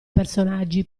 personaggi